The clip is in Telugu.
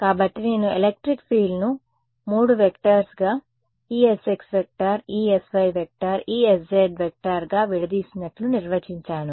కాబట్టి నేను ఎలెక్ట్రిక్ ఫీల్డ్ను 3 వెక్టర్స్గా Esx Esy Esz గా విడదీసినట్లు నిర్వచించాను